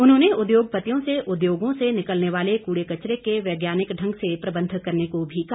उन्होंने उद्योगपतियों से उद्योगों से निकलने वाले कूड़े कचरे के वैज्ञानिक ढंग से प्रबंध करने को भी कहा